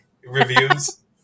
reviews